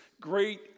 great